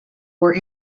were